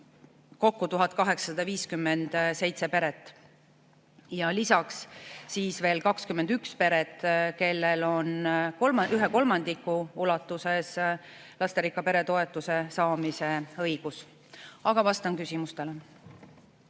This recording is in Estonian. kokku 1857 ja lisaks veel 21 peret, kellel on ühe kolmandiku ulatuses lasterikka pere toetuse saamise õigus. Aga vastan küsimustele.